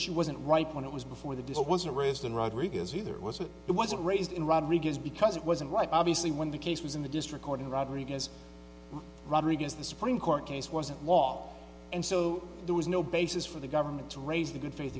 issue wasn't right when it was before the deal was a raised in rodriguez either it was a it wasn't raised in rodriguez because it wasn't right obviously when the case was in the district court in rodriguez rodriguez the supreme court case wasn't law and so there was no basis for the government to raise a good faith